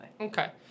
Okay